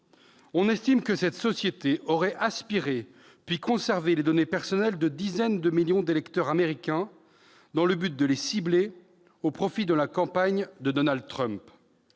On estime que cette société aurait « aspiré », puis conservé, les données personnelles de dizaines de millions d'électeurs américains dans le but de les cibler au profit de la campagne de Donald Trump.